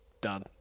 Done